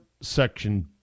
Section